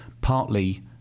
partly